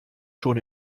schon